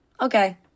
okay